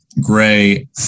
gray